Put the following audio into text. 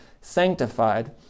sanctified